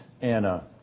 Anna